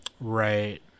Right